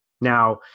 Now